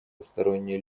посторонние